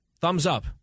thumbs-up